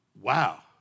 wow